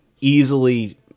easily